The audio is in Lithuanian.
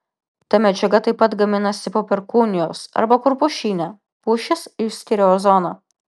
ta medžiaga taip pat gaminasi po perkūnijos arba kur pušyne pušys išskiria ozoną